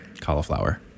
cauliflower